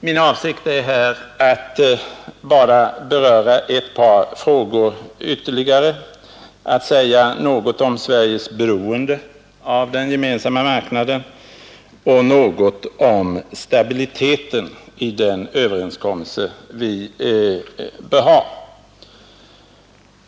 Min avsikt är här att bara beröra ytterligare ett par frågor, att säga något om Sveriges beroende av den gemensamma marknaden och något om stabiliteten i den överenskommelse vi bör ha.